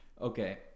okay